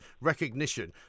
recognition